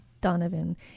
donovan